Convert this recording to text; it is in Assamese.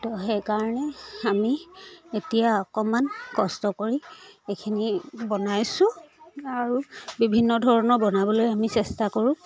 সেইকাৰণে আমি এতিয়া অকণমান কষ্ট কৰি এইখিনি বনাইছোঁ আৰু বিভিন্ন ধৰণৰ বনাবলৈ আমি চেষ্টা কৰোঁ